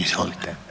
Izvolite.